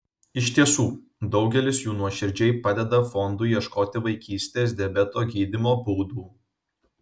iš tiesų daugelis jų nuoširdžiai padeda fondui ieškoti vaikystės diabeto gydymo būdų